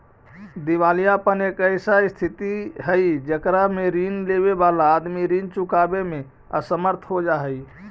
दिवालियापन एक ऐसा स्थित हई जेकरा में ऋण लेवे वाला आदमी ऋण चुकावे में असमर्थ हो जा हई